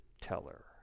teller